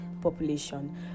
population